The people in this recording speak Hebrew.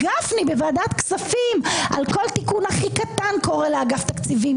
גפני בוועדת הכספים על כל תיקון הכי קטן קורא לאגף התקציבים,